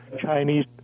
Chinese